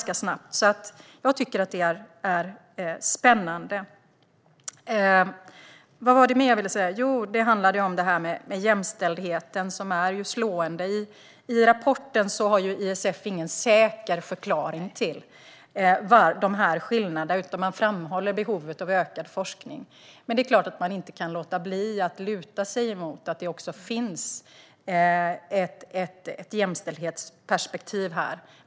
Det är spännande. Sedan var det frågan om jämställdheten. I rapporten från ISF framkommer ingen säker förklaring till skillnaderna, utan man framhåller behovet av ökad forskning. Men det är klart att man inte kan låta bli att luta sig mot att det finns ett jämställdhetsperspektiv.